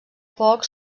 poc